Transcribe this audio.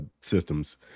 systems